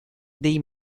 dei